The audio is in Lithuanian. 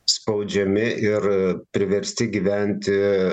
spaudžiami ir priversti gyventi